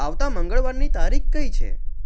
આવતા મંગળવારની તારીખ કઈ છે